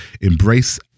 embrace